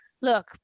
look